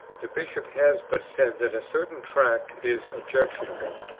the bishop has but said that a certain tract is objectionable,